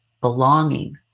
belonging